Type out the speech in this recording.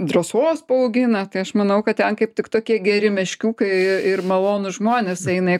drąsos paaugina tai aš manau kad ten kaip tik tokie geri meškiukai ir malonūs žmonės eina